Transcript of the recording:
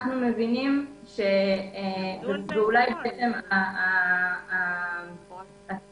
אנחנו מבינים שאולי בעצם האירוע של